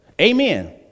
Amen